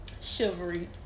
chivalry